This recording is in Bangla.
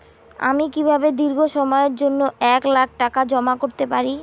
আমি কিভাবে দীর্ঘ সময়ের জন্য এক লাখ টাকা জমা করতে পারি?